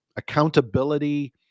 accountability